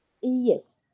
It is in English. yes